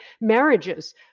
marriages